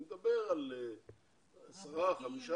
אני מדבר על 10, על 15